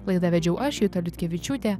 laidą vedžiau aš juta liutkevičiūtė